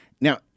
Now